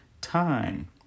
time